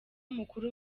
mukuru